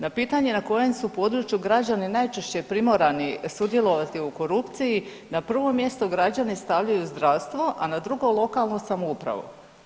Na pitanje na kojem su području građani najčešće primorani sudjelovati u korupciji na prvo mjesto građani stavljaju zdravstvo, a na drugo lokalnu samoupravu.